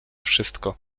wszystko